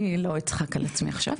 טוב,